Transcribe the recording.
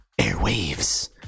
airwaves